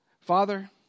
Father